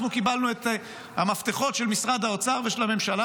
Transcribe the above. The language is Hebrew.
אנחנו קיבלנו את המפתחות של משרד האוצר ושל הממשלה,